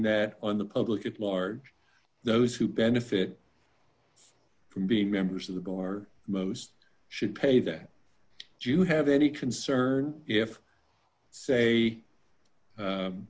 that on the public at large those who benefit from being members of the or most should pay that do you have any concern if say